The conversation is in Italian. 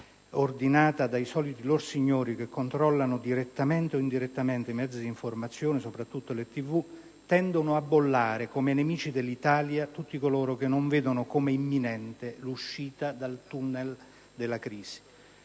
ordinata dai soliti lorsignori che controllano, direttamente o indirettamente, i mezzi di informazione, soprattutto le televisioni. Costoro tendono a bollare come nemici dell'Italia tutti coloro che non vedono come imminente l'uscita dal tunnel della crisi.